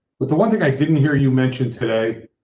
but the one thing i didn't hear you mentioned today,